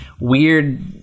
weird